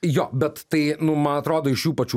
jo bet tai nu man atrodo iš jų pačių